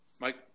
Mike